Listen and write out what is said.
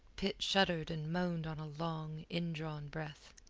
pitt shuddered and moaned on a long, indrawn breath.